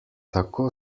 tako